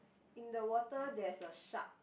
in the water there's a shark